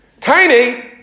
Tiny